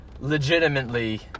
legitimately